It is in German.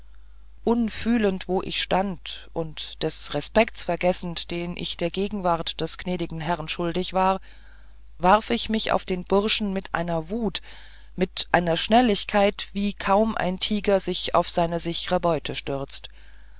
unfühlend wo ich stand und des respekts vergessend den ich der gegenwart des gnädigen herrn schuldig war warf ich mich auf den burschen mit einer wut mit einer schnelligkeit wie kaum ein tiger sich auf seine sichere beute stürzt